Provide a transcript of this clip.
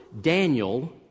Daniel